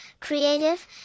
creative